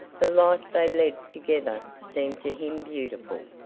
the life they led together seemed to him beautiful.